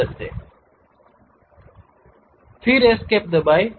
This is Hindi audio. फिर एस्केप दबाएं